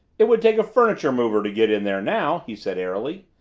it would take a furniture mover to get in there now! he said airily.